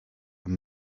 and